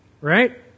right